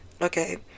okay